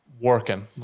working